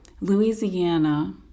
Louisiana